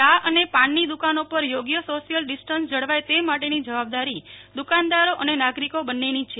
ચા અને પાનની દ્વકાનો પર યોગ્ય સોશ્યલ ડિસ્ટન્સ જળવાય તે માટેની જવાબદારી દ્વકાનદાર અને નાગરિકો બંનેની છે